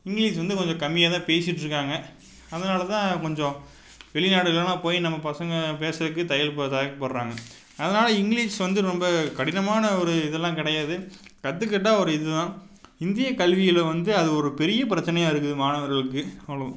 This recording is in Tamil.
இங்கிலீஷ் வந்து கொஞ்சம் கம்மியாகத்தான் பேசிகிட்ருக்காங்க அதனால்தான் கொஞ்சம் வெளிநாடுகளெல்லாம் போய் நம்ம பசங்க பேசுறதுக்கு தயக்க தயக்கப்படுறாங்க அதனால இங்கிலீஷ் வந்து ரொம்ப கடினமான ஒரு இதெல்லாம் கிடையாது கற்றுக்கிட்டா ஒரு இதுதான் இந்திய கல்வியில் வந்து அது ஒரு பெரிய பிரச்சனையாக இருக்குது மாணவர்களுக்கு அவ்வளோதான்